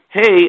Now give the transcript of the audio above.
Hey